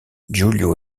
julio